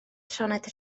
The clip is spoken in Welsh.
sioned